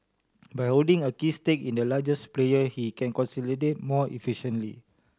by holding a key stake in the largest player he can consolidate more efficiently